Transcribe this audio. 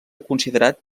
considerat